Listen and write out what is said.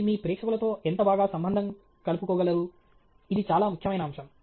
ఇది మీ ప్రేక్షకులతో ఎంత బాగా సంబంధం కాలుపుకోగలరు ఇది చాలా ముఖ్యమైన అంశం